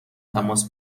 تماس